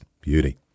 Beauty